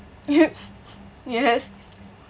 yes